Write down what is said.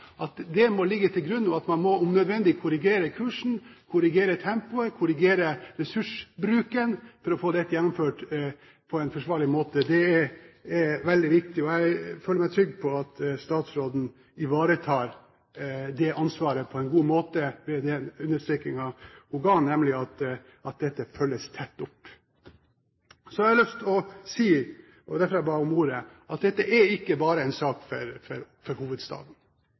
at det må ligge til grunn, og at man om nødvendig også må korrigere kursen, korrigere tempoet og korrigere ressursbruken for å få dette gjennomført på en forsvarlig måte, er veldig viktig. Og jeg føler meg trygg på at statsråden ivaretar det ansvaret på en god måte ved den understrekingen hun ga, nemlig at dette følges tett opp. Så har jeg lyst til å si – og det var derfor jeg ba om ordet – at dette ikke bare er en sak for